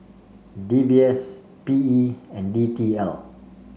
D B S P E and D T L